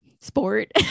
sport